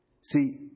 See